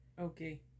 Okay